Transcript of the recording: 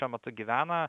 šiuo metu gyvena